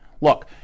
Look